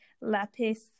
lapis